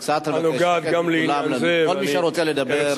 כל מי שרוצה לדבר ידבר.